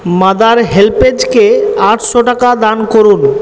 mother হেল্পেজকে আটশো টাকা দান করুন